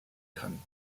kann